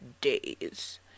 days